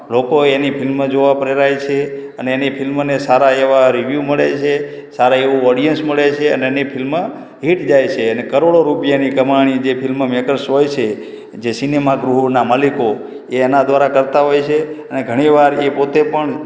લોકો એની ફિલ્મ જોવા પ્રેરાય છે અને એની ફિલ્મને સારા એવા રિવ્યૂ મળે છે સારા એવું ઑડિયન્સ મળે છે અને એની ફિલ્મ હિટ જાય છે અને કરોડો રૂપિયાની કમાણી જે ફિલ્મ મેકર્સ હોય છે જે સિનેમાગૃહોના માલિકો એ એના દ્વારા કરતા હોય છે અને ઘણીવાર એ પોતે પણ